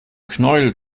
knäuel